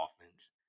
offense